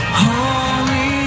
Holy